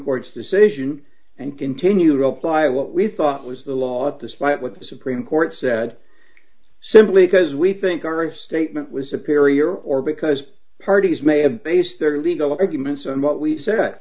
court's decision and continue to apply what we thought was the lot despite what the supreme court said simply because we think our statement was a poor year or because parties may have based their legal arguments and what we said